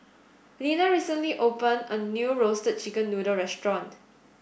Linna recently opened a new Roasted Chicken Noodle restaurant